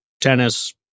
tennis